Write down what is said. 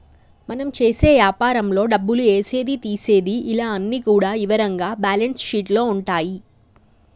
మనం చేసే యాపారంలో డబ్బులు ఏసేది తీసేది ఇలా అన్ని కూడా ఇవరంగా బ్యేలన్స్ షీట్ లో ఉంటాయి